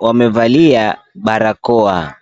wamevalia barakoa.